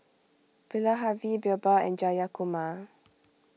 Bilahari Birbal and Jayakumar